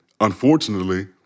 unfortunately